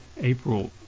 April